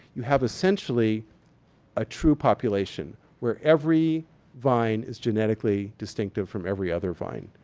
you have essentially a true population where every vine is genetically distinct from every other vine.